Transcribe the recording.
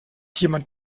jemand